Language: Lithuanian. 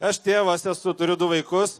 aš tėvas esu turiu du vaikus